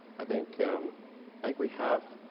i think think we have,